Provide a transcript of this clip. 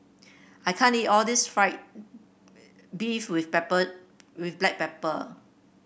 I can't eat all this fried beef with pepper with Black Pepper